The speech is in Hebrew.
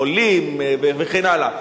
עולים וכן הלאה,